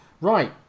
right